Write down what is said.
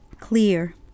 clear